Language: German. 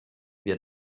wir